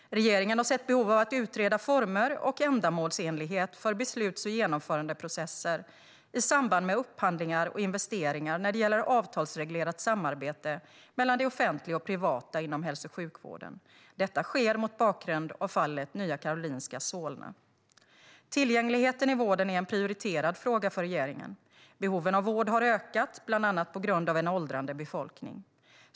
Regeringen har sett behov av att utreda former och ändamålsenlighet för besluts och genomförandeprocesser i samband med upphandlingar och investeringar när det gäller avtalsreglerat samarbete mellan det offentliga och privata inom hälso och sjukvården. Detta sker mot bakgrund av fallet Nya Karolinska Solna, NKS. Tillgängligheten i vården är en prioriterad fråga för regeringen. Behoven av vård har ökat, bland annat på grund av en åldrande befolkning.